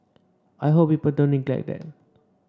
I hope people don't neglect that